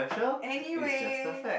anyway